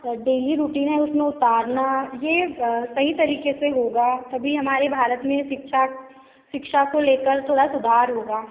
daily routine है उस में उतारना ये सही तरीक़े से होगा तभी हमारे भारत में शिक्षा शिक्षा को ले कर थोड़ा सुधार होगा